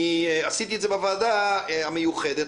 עשיתי את זה בוועדה המיוחדת,